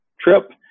trip